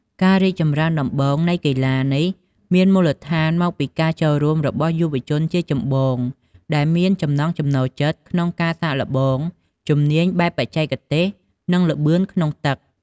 ការរីកចម្រើនដំបូងនៃកីឡានេះមានមូលដ្ឋានមកពីការចូលរួមរបស់យុវជនជាចម្បង ដែលមានចំណង់ចំណូលចិត្តក្នុងការសាកល្បងជំនាញបែបបច្ចេកទេស និងល្បឿនក្នុងទឹក។